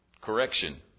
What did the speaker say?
Correction